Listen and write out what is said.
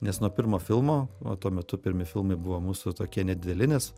nes nuo pirmo filmo o tuo metu pirmi filmai buvo mūsų tokie nedideli nes